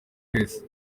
wese